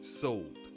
sold